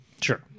sure